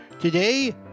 Today